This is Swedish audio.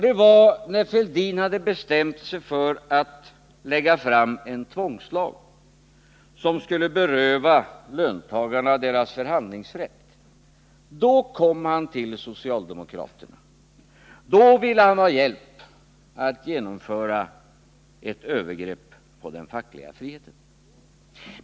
Det var när Thorbjörn Fälldin hade bestämt sig för att lägga fram ett förslag till en tvångslag, som skulle beröva löntagarna deras förhandlingsrätt. Då kom han till socialdemokraterna. Då ville han ha hjälp att genomföra ett övergrepp på den fackliga friheten.